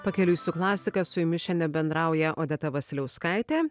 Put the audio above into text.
pakeliui su klasika su jumis šiandie bendrauja odeta vasiliauskaitė